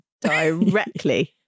Directly